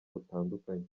butandukanye